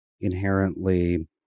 inherently